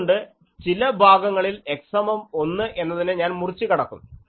അതുകൊണ്ട് ചില ഭാഗങ്ങളിൽ x സമം 1 എന്നതിനെ ഞാൻ മുറിച്ചു കടക്കും